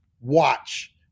watch